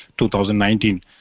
2019